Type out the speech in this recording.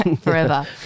forever